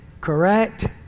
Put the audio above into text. correct